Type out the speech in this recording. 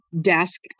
desk